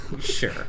sure